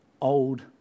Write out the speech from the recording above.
old